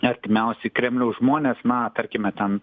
artimiausi kremliaus žmonės na tarkime ten